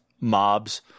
mobs